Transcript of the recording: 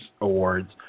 Awards